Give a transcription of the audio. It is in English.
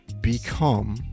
become